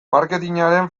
marketingaren